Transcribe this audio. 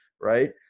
Right